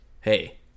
Hey